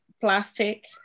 plastic